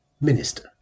Minister